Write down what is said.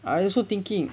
I also thinking